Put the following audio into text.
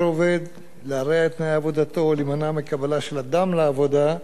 להימנע מקבלה של אדם לעבודה בשל הסיבות הבאות: